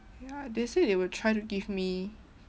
ya they say they will try to give me